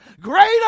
greater